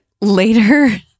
later